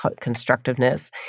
constructiveness